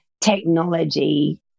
technology